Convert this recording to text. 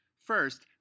First